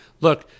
look